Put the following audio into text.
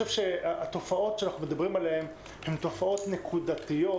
התופעות שאנחנו מדברים עליהן הן תופעות נקודתיות,